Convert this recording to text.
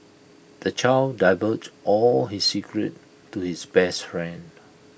the child divulged all his secrets to his best friend